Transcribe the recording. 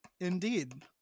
Indeed